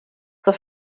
zur